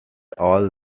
all